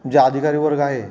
जे अधिकारी वर्ग आहे